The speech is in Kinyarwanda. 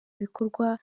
ibikorwa